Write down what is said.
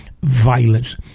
violence